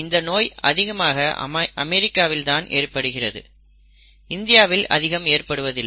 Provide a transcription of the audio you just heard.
இந்த நோய் அதிகமாக அமெரிக்காவில் தான் ஏற்படுகிறது இந்தியாவில் அதிகம் ஏற்படுவதில்லை